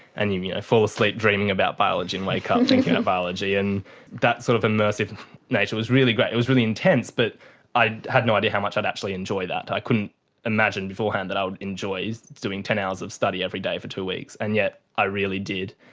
and you fall asleep dreaming about biology and wake up um thinking about biology, and that sort of immersive nature was really great. it was really intense but i had no idea how much i'd actually enjoy that. i couldn't imagine beforehand that i would enjoy doing ten hours of study every day for two weeks, and yet i really did.